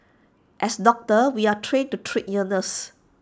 as doctors we are trained to treat illness